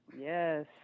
yes